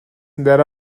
there